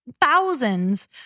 thousands